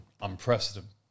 unprecedented